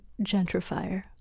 gentrifier